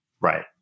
Right